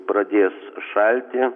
pradės šalti